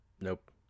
Nope